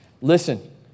listen